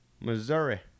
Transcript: Missouri